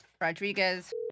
Rodriguez